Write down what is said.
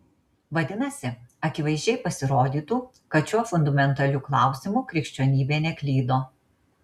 vadinasi akivaizdžiai pasirodytų kad šiuo fundamentaliu klausimu krikščionybė neklydo